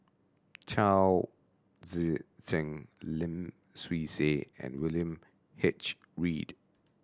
Chao Tzee Cheng Lim Swee Say and William H Read